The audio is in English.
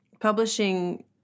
publishing